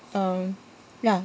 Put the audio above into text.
um ya